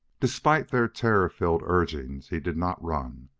despite their terror-filled urging he did not run,